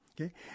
okay